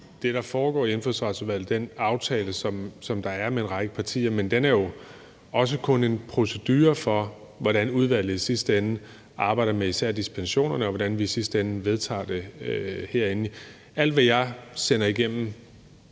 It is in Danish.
det, der foregår i Indfødsretsudvalget, den aftale, som der er mellem en række partier, jo i forvejen også kun er en procedure for, hvordan udvalget i sidste ende arbejder med især dispensationerne, og hvordan vi i sidste ende vedtager det herinde. Alt, hvad der foregår